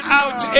out